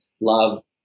love